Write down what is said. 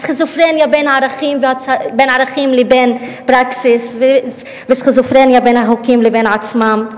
אז סכיזופרניה בין ערכים לבין פרקסיס וסכיזופרניה בין החוקים לבין עצמם.